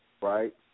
Right